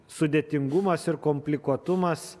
sudėtingumas ir komplikuotumas